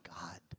God